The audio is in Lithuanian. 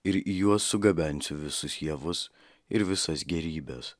ir į juos sugabensiu visus javus ir visas gėrybes